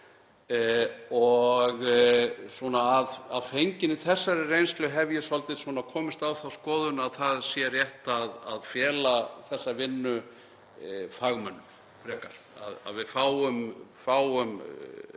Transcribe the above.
fagleg. Að fenginni þessari reynslu hef ég svolítið komist á þá skoðun að það sé frekar rétt að fela þessa vinnu fagmönnum, að við fáum